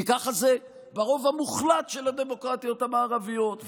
כי ככה זה ברוב המוחלט של הדמוקרטיות המערביות,